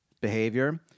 behavior